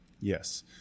Yes